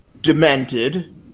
demented